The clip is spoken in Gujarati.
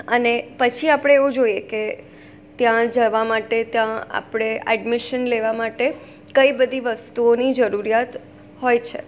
અને પછી આપણે એવું જોઈએ કે ત્યાં જવા માટે ત્યાં આપણે એડમિશન લેવા માટે કઈ બધી વસ્તુઓની જરૂરિયાત હોય છે